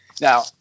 Now